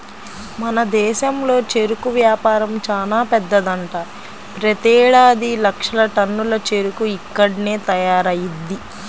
మన దేశంలో చెరుకు వ్యాపారం చానా పెద్దదంట, ప్రతేడాది లక్షల టన్నుల చెరుకు ఇక్కడ్నే తయారయ్యిద్ది